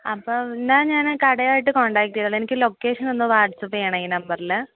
അപ്പം എന്നാൽ ഞാൻ കടയായിട്ട് കോൺടാക്റ്റ് ചെയ്തോളാം എനിക്ക് ലൊക്കേഷൻ ഒന്ന് വാട്സാപ്പ് ചെയ്യണേ ഈ നമ്പറിൽ